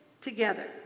together